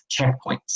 checkpoints